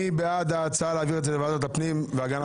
מי בעד ההצעה להעביר את זה לוועדת הפנים והגנת הסביבה?